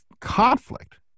conflict